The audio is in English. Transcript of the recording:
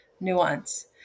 nuance